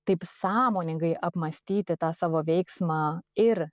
taip sąmoningai apmąstyti tą savo veiksmą ir